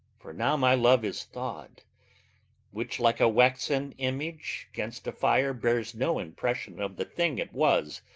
for now my love is thaw'd which like a waxen image gainst a fire bears no impression of the thing it was.